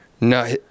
no